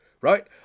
Right